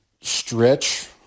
stretch